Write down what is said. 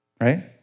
right